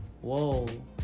Whoa